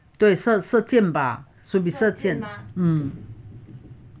对射射箭吧 should be 射箭嗯